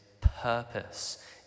purpose